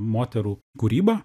moterų kūryba